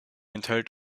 enthält